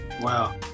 Wow